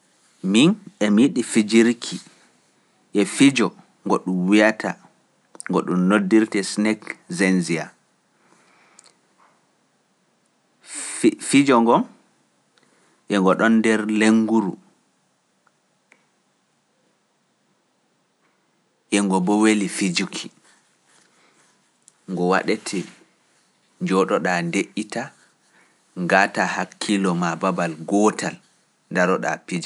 Min emi yiɗi fijirki e fijo ngo ɗum wiyata, ngo ɗum noddirte Snake Xenzia. Fijo ngo, e ngo ɗon nder lenguru. ngo wadete seyo e nanugo beldum.